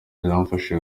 byamfashije